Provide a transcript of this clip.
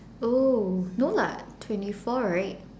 oh no lah twenty four right